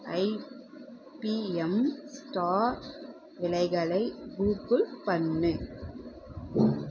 ஐ B M stock விலைகளை Google பண்ணு